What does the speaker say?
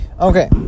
Okay